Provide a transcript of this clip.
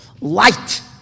light